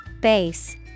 Base